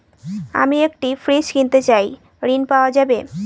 আমি একটি ফ্রিজ কিনতে চাই ঝণ পাওয়া যাবে?